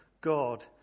God